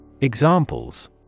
Examples